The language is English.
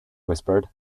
whispered